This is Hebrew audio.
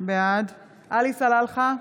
בעד עלי סלאלחה,